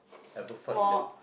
ever fart in a